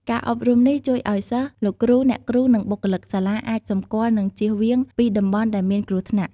ការអប់រំនេះជួយឲ្យសិស្ស លោកគ្រូ អ្នកគ្រូ និងបុគ្គលិកសាលាអាចសម្គាល់និងជៀសវាងពីតំបន់ដែលមានគ្រោះថ្នាក់។